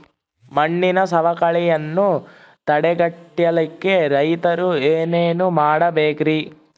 ಮಣ್ಣಿನ ಸವಕಳಿಯನ್ನ ತಡೆಗಟ್ಟಲಿಕ್ಕೆ ರೈತರು ಏನೇನು ಮಾಡಬೇಕರಿ?